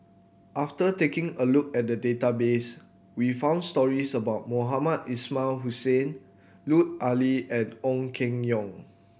after taking a look at the database we found stories about Mohamed Ismail Hussain Lut Ali and Ong Keng Yong